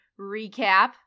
recap